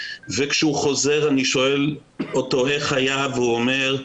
וכשהוא חוזר ואני שואל אותו איך היה והוא אומר,